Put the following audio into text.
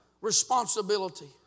responsibility